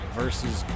versus